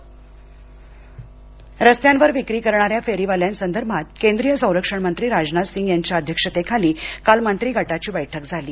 राजनाथ सिंह विक्रेते बैठक रस्त्यांवर विक्री करणाऱ्या फेरीवाल्यांसंदर्भात केंद्रीय संरक्षण मंत्री राजनाथ सिंग यांच्या अध्यक्षतेखाली काल मंत्री गटाची बैठक झाली